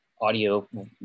audio